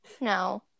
No